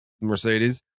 Mercedes